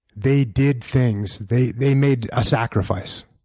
they did things, they they made a sacrifice